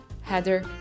heather